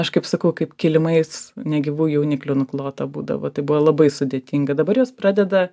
aš kaip sakau kaip kilimais negyvų jauniklių nuklota būdavo tai buvo labai sudėtinga dabar jos pradeda